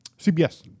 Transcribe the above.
CBS